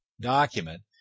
document